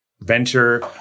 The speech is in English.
venture